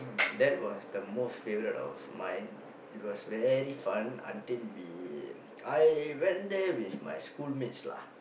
that was the most favourite of mine it was very fun until we I went there with my schoolmates lah